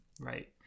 right